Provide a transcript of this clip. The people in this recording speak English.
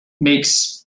makes